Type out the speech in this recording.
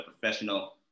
professional